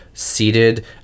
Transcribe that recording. Seated